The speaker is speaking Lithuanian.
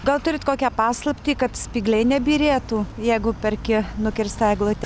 gal turit kokią paslaptį kad spygliai nebyrėtų jeigu perki nukirstą eglutę